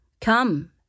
Come